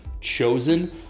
chosen